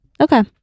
Okay